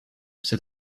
c’est